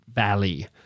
valley